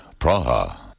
Praha